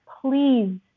please